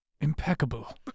impeccable